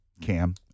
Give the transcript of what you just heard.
Cam